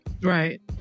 right